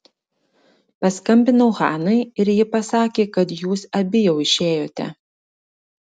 paskambinau hanai ir ji pasakė kad jūs abi jau išėjote